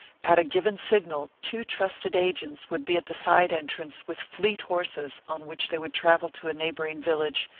at a given signal two trusted agents would be at the side entrance with fleet horses on which they would travel to a neighboring village,